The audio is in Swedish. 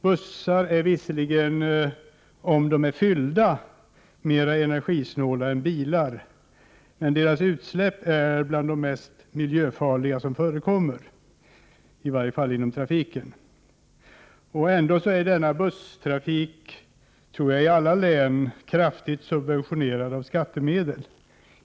Bussar är visserligen, om de är fyllda, mer energisnåla än bilar, men deras utsläpp är bland de mest miljöfarliga som förekommer, åtminstone på trafikområdet. Trots detta är denna busstrafik i alla län, tror jag, kraftigt subventionerad med skattemedel.